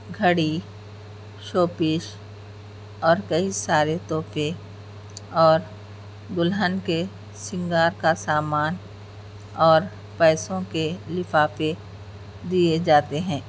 گھڑی showpiece اور کئی سارے تحفے اور دلہن کے سنگار کا سامان اور پیسوں کے لِفافے دیے جاتے ہیں